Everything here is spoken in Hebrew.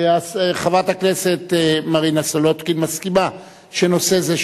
אז חברת הכנסת מרינה סולודקין מסכימה שנושא זה,